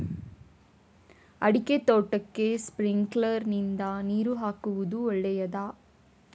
ಅಡಿಕೆ ತೋಟಕ್ಕೆ ಸ್ಪ್ರಿಂಕ್ಲರ್ ನಿಂದ ನೀರು ಹಾಕುವುದು ಒಳ್ಳೆಯದ?